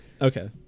Okay